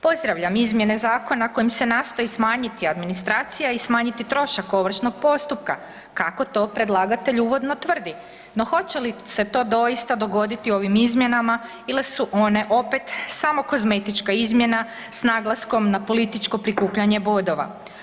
Pozdravljam izmjene zakona kojim se nastoji smanjiti administracija i smanjiti trošak ovršnog postupka, kako to predlagatelj tvrdi, no hoće li se to doista dogoditi u ovim izmjenama ili su one opet samo kozmetička izmjena s naglaskom na političko prikupljanje bodova.